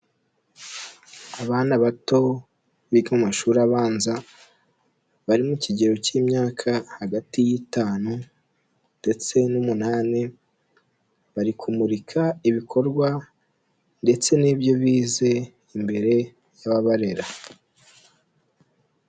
Abana bato biga mu mashuri abanza, bari mu kigero cy'imyaka hagati y'itanu ndetse n'umunani, bari kumurika ibikorwa ndetse n'ibyo bize imbere y'ababarera.